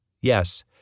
Yes